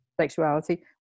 sexuality